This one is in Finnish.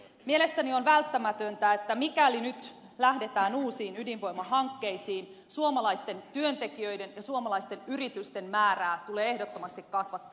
mielestäni on välttämätöntä mikäli nyt lähdetään uusiin ydinvoimahankkeisiin että suomalaisten työntekijöiden ja suomalaisten yritysten määrää tulee ehdottomasti kasvattaa